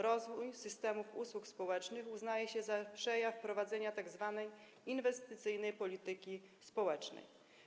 Rozwój systemów usług społecznych uznaje się za przejaw prowadzenia tzw. inwestycyjnej polityki społecznej.